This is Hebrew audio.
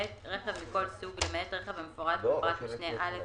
"(ב)רכב מכל סוג למעט רכב המפורט בפרט משנה (א),